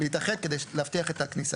להתאחד כדי להבטיח את הכניסה.